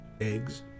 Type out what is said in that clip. eggs